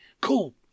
Cool